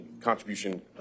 contribution